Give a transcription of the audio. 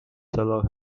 صلاح